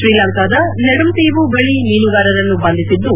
ಶ್ರೀಲಂಕಾದ ನೆಡುಂತೀವು ಬಳಿ ಮೀನುಗಾರರನ್ನು ಬಂಧಿಸಿದ್ದು